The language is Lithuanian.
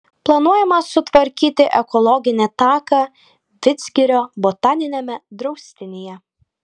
planuojama sutvarkyti ekologinį taką vidzgirio botaniniame draustinyje